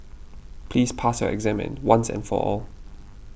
please pass your exam and once and for all